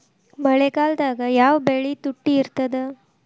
ಮಳೆಗಾಲದಾಗ ಯಾವ ಬೆಳಿ ತುಟ್ಟಿ ಇರ್ತದ?